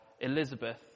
Elizabeth